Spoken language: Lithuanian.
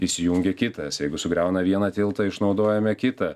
įsijungia kitas jeigu sugriauna vieną tiltą išnaudojame kitą